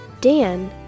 Dan